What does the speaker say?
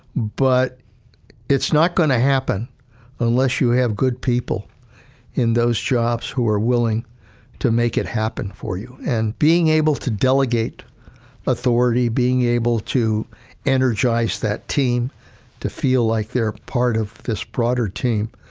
but it's not going to happen unless you have good people in those jobs who are willing to make it happen for you. and being able to delegate authority, being able to energize that team to feel like they're part of this broader team,